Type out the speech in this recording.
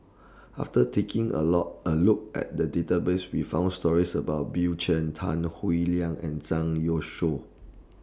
after taking A Low A Look At The Database We found stories about Bill Chen Tan Howe Liang and Zhang Youshuo